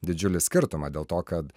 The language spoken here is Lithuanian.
didžiulį skirtumą dėl to kad